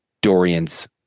Dorian's